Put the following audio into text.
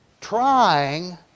Trying